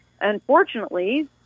unfortunately